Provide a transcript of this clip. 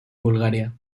bulgaria